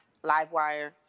Livewire